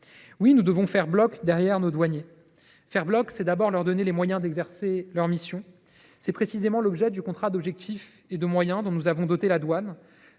Oui, nous devons faire bloc derrière nos douaniers. Faire bloc signifie tout d’abord leur donner les moyens d’exercer leurs missions. Tel est précisément l’objet du contrat d’objectifs et de moyens (COM) dont nous avons doté la douane.